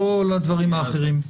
לא לדברים האחרים.